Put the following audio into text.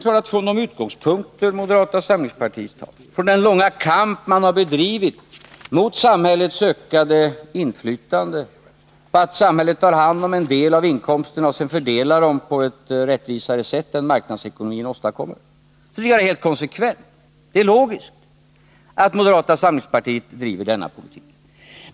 Från de utgångspunkter moderata samlingspartiet har och genom den långa kamp man har bedrivit mot samhällets ökade inflytande, som innebär att samhället tar hand om en del av inkomsterna och sedan fördelar dem på ett rättvisare sätt än marknadsekonomin åstadkommer, är det helt konsekvent och logiskt att moderata samlingspartiet driver denna politik.